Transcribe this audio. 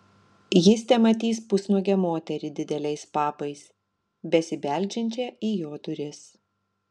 jis tematys pusnuogę moterį dideliais papais besibeldžiančią į jo duris